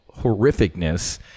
horrificness